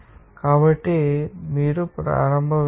కాబట్టి మీరు ప్రారంభ వేగం u1 0 అని చెప్పవచ్చు